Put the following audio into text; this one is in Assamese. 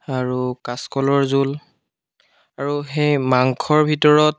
আৰু কাচকলৰ জোল আৰু সেই মাংসৰ ভিতৰত